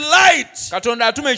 light